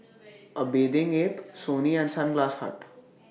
A Bathing Ape Sony and Sunglass Hut